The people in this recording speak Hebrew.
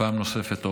ופעם נוספת,